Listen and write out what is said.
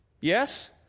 Yes